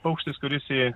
paukštis kuris į